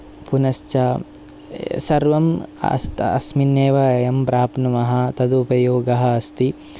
पुनश्च सर्वं अस्ट अस्मिन्नेव यं प्राप्नुमः तद् उपयोगः अस्ति